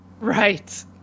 Right